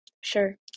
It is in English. sure